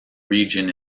region